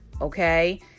Okay